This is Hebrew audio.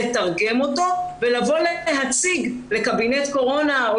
לתרגם אותו ולהציג לקבינט קורונה או